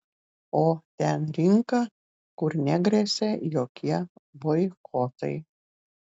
o ten rinka kur negresia jokie boikotai